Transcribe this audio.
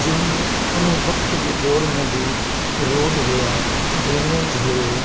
जंहिंमें उन वक़्तु जे दौरु में बि रोड हुया ड्रेनेज हुयो